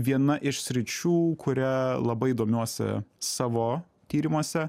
viena iš sričių kuria labai domiuosi savo tyrimuose